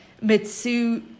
Mitsu